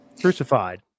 Crucified